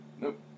nope